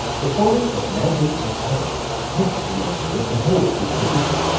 the forming of mandate of heaven helped the emperor to hold his position.